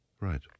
Right